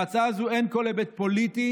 בהצעה זו אין כל היבט פוליטי,